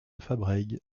fabrègues